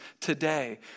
today